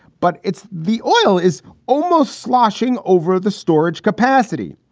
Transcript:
but it's the. oh, is almost sloshing over the storage capacity.